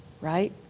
right